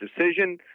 decision